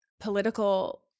political